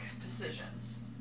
decisions